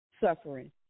suffering